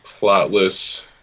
plotless